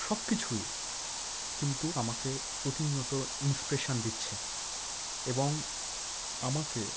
সব কিছুই কিন্তু আমাকে প্রতিনিয়ত ইন্সপিরেশন দিচ্ছে এবং আমাকে